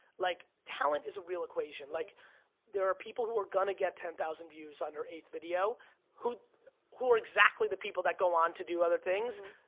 like talent is a real equation. like there are people who are gonna get ten thousand views on their eighth video who who are exactly the people that go on to do other things.